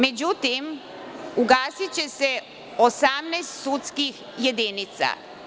Međutim, ugasiće se 18 sudskih jedinica.